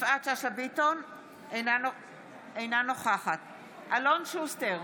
אינה נוכחת אלון שוסטר,